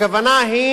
הכוונה היא